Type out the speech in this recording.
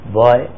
boy